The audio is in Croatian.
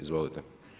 Izvolite.